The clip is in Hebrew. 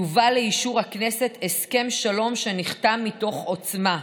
יובא לאישור הכנסת הסכם שלום שנחתם מתוך עוצמה,